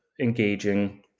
engaging